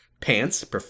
Pants